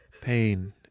Pain